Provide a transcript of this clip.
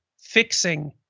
fixing